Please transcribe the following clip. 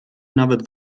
nawet